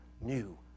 new